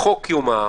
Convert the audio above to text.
החוק אומר,